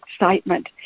excitement